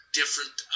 different